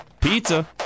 pizza